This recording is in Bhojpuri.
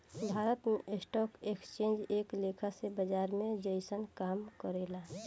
भारत में स्टॉक एक्सचेंज एक लेखा से बाजार के जइसन काम करेला